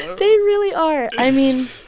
they really are. i mean,